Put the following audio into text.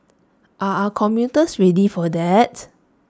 are our commuters ready for that